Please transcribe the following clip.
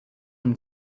him